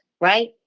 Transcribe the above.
right